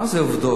מה זה עובדות?